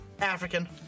African